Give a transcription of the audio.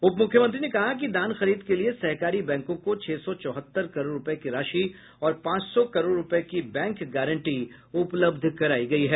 उप मुख्यमंत्री ने कहा कि धान खरीद के लिये सहकारी बैंकों को छह सौ चौहत्तर करोड़ रूपये की राशि और पांच सौ करोड़ रूपये की बैंक गारंटी उपलब्ध करायी गयी है